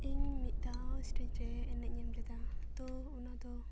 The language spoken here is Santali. ᱤᱧ ᱢᱤᱫ ᱫᱷᱟᱣ ᱥᱴᱮᱡᱽ ᱨᱮ ᱮᱱᱮᱡ ᱧᱟᱢ ᱞᱮᱫᱟ ᱛᱚ ᱚᱱᱟᱫᱚ